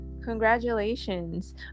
congratulations